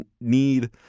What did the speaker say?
need